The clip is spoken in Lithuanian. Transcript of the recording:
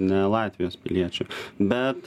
ne latvijos piliečių bet